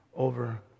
over